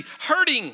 hurting